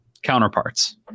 counterparts